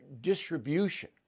distribution